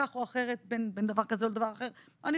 יש